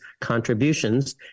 contributions